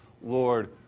Lord